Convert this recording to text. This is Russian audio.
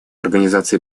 организации